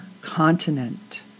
continent